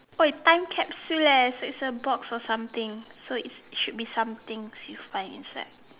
!oi! time capsule eh so it's a box of something so it should be some things you find inside